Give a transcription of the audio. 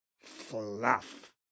fluff